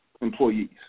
employees